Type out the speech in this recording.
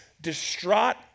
distraught